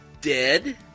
dead